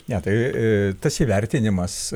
ne tai tas įvertinimas